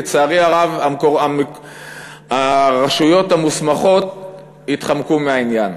לצערי הרב, הרשויות המוסמכות התחמקו מהעניין.